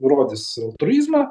rodys altruizmą